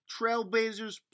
Trailblazers